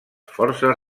forces